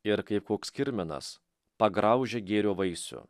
ir kaip koks kirminas pagraužė gėrio vaisių